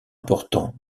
importants